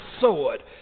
sword